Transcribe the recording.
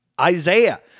Isaiah